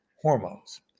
hormones